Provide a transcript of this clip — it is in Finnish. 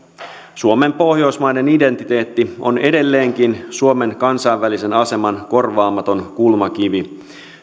suomen pohjoismainen identiteetti on edelleenkin suomen kansainvälisen aseman korvaamaton kulmakivi